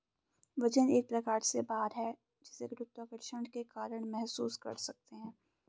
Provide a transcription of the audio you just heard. वजन एक प्रकार से भार है जिसे गुरुत्वाकर्षण के कारण महसूस कर सकते है